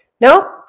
No